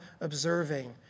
observing